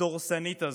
הדורסנית הזאת.